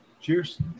Cheers